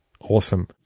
Awesome